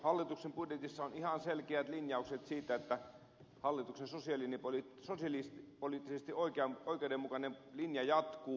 hallituksen budjetissa on ihan selkeät linjaukset siitä että hallituksessa selin oli taas eli se oli hallituksen sosiaalipoliittisesti oikeudenmukainen linja jatkuu